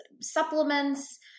supplements